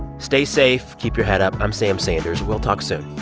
stay safe. keep your head up. i'm sam sanders. we'll talk soon